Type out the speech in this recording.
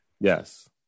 Yes